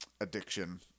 addiction